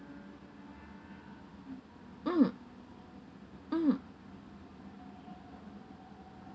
mm mm